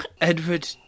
Edward